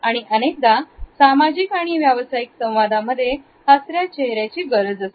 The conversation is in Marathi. आणि अनेकदा सामाजिक आणि व्यावसायिक संवादामध्ये हसऱ्या चेहऱ्याची गरज असते